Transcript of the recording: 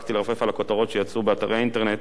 הספקתי לרפרף על הכותרות שיצאו באתרי האינטרנט,